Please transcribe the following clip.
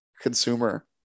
consumer